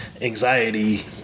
anxiety